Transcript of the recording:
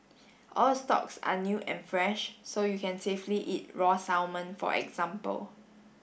all stocks are new and fresh so you can safely eat raw salmon for example